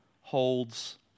holds